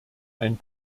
ein